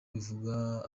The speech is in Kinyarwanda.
bivuga